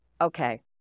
okay